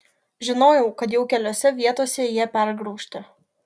žinojau kad jau keliose vietose jie pergraužti